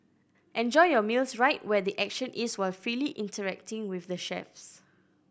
enjoy your meals right where the action is while freely interacting with the chefs